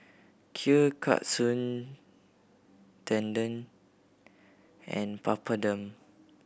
Kheer Katsu Tendon and Papadum